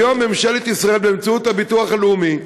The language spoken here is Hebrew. היום, ממשלת ישראל, באמצעות הביטוח הלאומי,